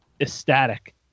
Ecstatic